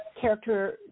character